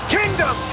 kingdom